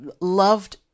Loved